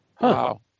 Wow